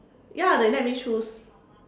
ya they let me choose